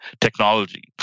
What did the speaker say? technology